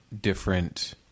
different